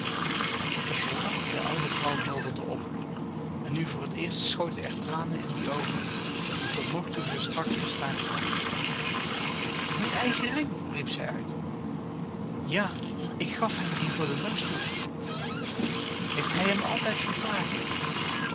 het gelaat der oude vrouw helderde op en nu voor het eerst schoten er tranen in die oogen die tot nog toe zoo strak gestaard hadden mijn eigen ring riep zij uit ja ik gaf hem dien voor den neusdoek heeft hij hem altijd gedragen